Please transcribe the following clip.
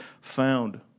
found